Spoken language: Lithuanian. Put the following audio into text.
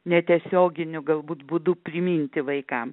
netiesioginiu galbūt būdu priminti vaikam